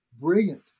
brilliant